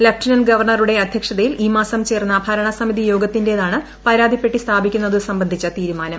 lieutenant ഗവർണറുടെ അധ്യക്ഷതയിൽ ഈ മാസം ചേർന്ന ഭരണസമിതി യോഗത്തിന്റേതാണ് പരാത്രിപ്പെട്ടി സ്ഥാപിക്കുന്നതു സംബന്ധിച്ചു തീരുമാനം